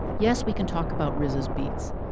yes we can talk about rises beats.